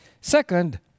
Second